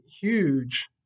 huge